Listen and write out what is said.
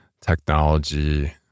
technology